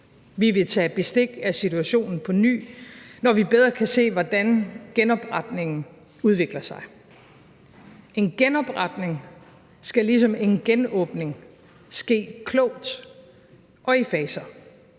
Vi vil tage bestik af situationen på ny, når vi bedre kan se, hvordan genopretningen udvikler sig. En genopretning skal ligesom en genåbning ske klogt og i faser.